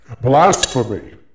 Blasphemy